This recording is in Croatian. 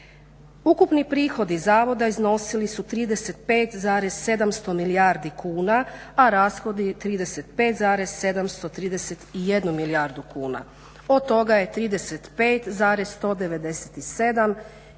Ukupni prihodi zavoda iznosili su 35,700 milijardi kuna, a rashodi 35,731 milijardu kuna. Od toga je 35,197 i